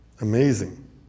Amazing